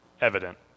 evident